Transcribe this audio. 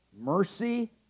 Mercy